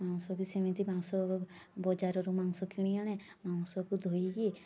ଆଉ ସବୁ ସେମିତି ମାଂସ ବଜାରରୁ ମାଂସ କିଣି ଆଣେ ମାଂସକୁ ଧୋଇକି